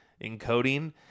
encoding